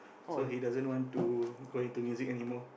so he doesn't want to go into music anymore